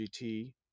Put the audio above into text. gt